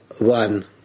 one